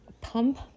pump